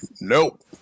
nope